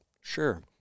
Sure